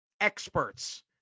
experts